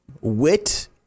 wit